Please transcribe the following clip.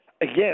Again